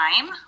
time